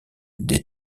des